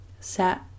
set